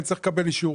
אני צריך לקבל אישור.